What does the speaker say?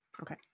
Okay